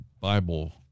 Bible